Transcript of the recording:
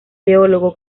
teólogo